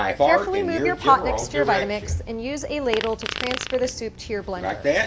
carefully move your pot next to your vitamix and use a ladle to transfer the soup to your blender.